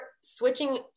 switching